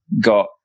got